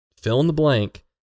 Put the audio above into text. fill-in-the-blank